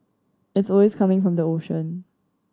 it's always coming from the ocean